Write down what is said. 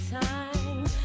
time